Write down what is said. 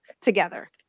together